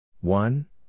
One